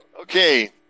Okay